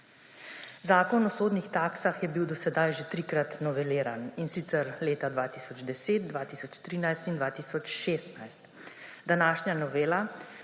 Zakon o sodnih taksah je bil do sedaj že trikrat noveliran, in sicer leta 2010, 2013 in 2016. Današnja novela